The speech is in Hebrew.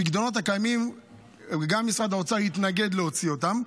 בפיקדונות הקיימים גם משרד האוצר התנגד להוציא אותם.